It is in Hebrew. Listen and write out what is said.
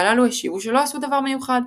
והללו השיבו שלא עשו דבר מיוחד,